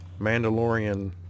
Mandalorian